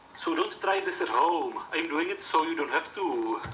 so don't try this at home. i'm doing it so you don't have to.